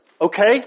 Okay